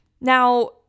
Now